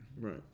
Right